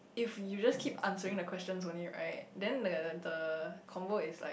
if you just keep answering the questions only right then the the convo is like